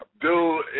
Dude